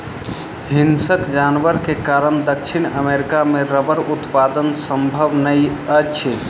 हिंसक जानवर के कारण दक्षिण अमेरिका मे रबड़ उत्पादन संभव नै अछि